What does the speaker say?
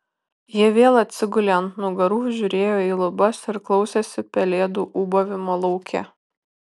jie vėl atsigulė ant nugarų žiūrėjo į lubas ir klausėsi pelėdų ūbavimo lauke